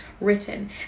written